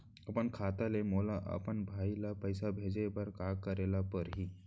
अपन खाता ले मोला अपन भाई ल पइसा भेजे बर का करे ल परही?